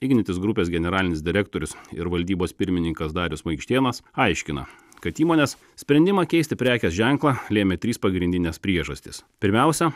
ignitis grupės generalinis direktorius ir valdybos pirmininkas darius maikštėnas aiškina kad įmonės sprendimą keisti prekės ženklą lėmė trys pagrindinės priežastys pirmiausia